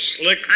Slick